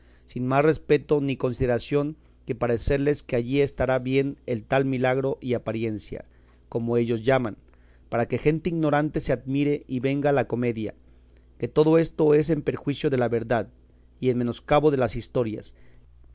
sin más respeto ni consideración que parecerles que allí estará bien el tal milagro y apariencia como ellos llaman para que gente ignorante se admire y venga a la comedia que todo esto es en perjuicio de la verdad y en menoscabo de las historias